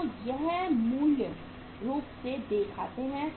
तो यह मूल रूप से देय खाते हैं